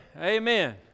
Amen